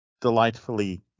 delightfully